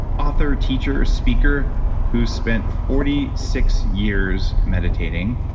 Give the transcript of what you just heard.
author teacher, speaker who spent forty six years meditating.